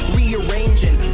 rearranging